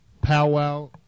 powwow